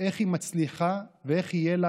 איך היא מצליחה ואיך תהיה לה